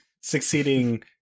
Succeeding